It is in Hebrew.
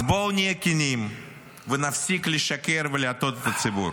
אז בואו נהיה כנים ונפסיק לשקר ולהטעות את הציבור.